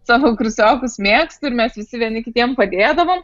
savo kursiokus mėgstu ir mes visi vieni kitiem padėdavom